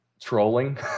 trolling